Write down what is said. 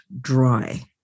dry